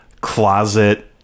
closet